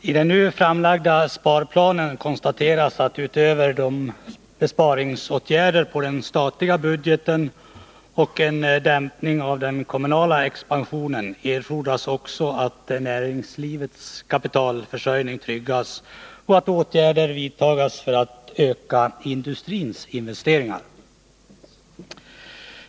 I den nu framlagda sparplanen konstateras att det utöver besparingsåtgärder när det gäller den statliga budgeten och en dämpning av den kommunala expansionen också erfordras att näringslivets kapitalförsörjning tryggas och att åtgärder vidtas för att öka industrins investeringar.